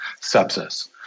sepsis